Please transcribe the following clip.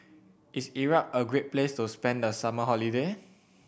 is Iraq a great place to spend the summer holiday